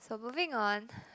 so moving on